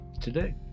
today